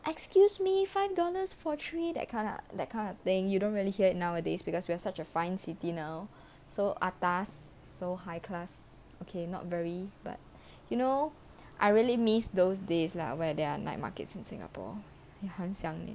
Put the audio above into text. excuse me five dollars for three that kind lah that kind of thing you don't really hear it nowadays because we're such a fine city now so atas so high class okay not very but you know I really miss those days lah where there are night markets in singapore ya 我很想念